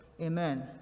Amen